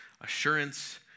assurance